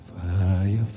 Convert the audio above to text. Fire